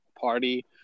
party